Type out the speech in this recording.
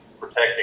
protecting